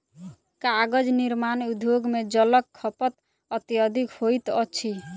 कागज निर्माण उद्योग मे जलक खपत अत्यधिक होइत अछि